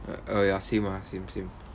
uh uh ya same ah same same